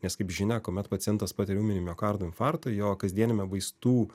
nes kaip žinia kuomet pacientas patyria ūminį miokardo infarktą jo kasdieniame vaistų